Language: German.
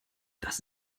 dies